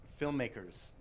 filmmakers